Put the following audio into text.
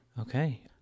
Okay